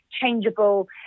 changeable